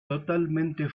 totalmente